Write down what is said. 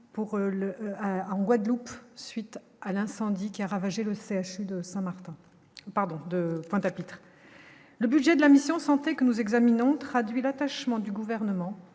en Guadeloupe, suite à l'incendie qui a ravagé le CHU de Saint-Martin, pardon de Pointe-à-Pitre, le budget de la mission santé que nous examinons traduit l'attachement du gouvernement